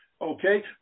Okay